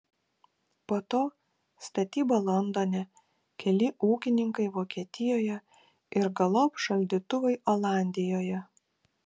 po to statyba londone keli ūkininkai vokietijoje ir galop šaldytuvai olandijoje